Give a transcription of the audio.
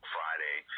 Friday